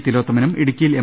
തിലോത്തമനും ഇടുക്കി യിൽ എം